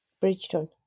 Bridgeton